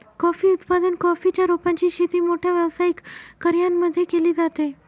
coffee उत्पादन, coffee च्या रोपांची शेती मोठ्या व्यावसायिक कर्यांमध्ये केली जाते